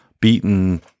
beaten